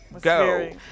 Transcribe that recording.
go